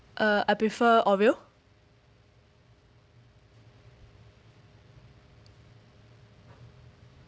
uh I prefer OREO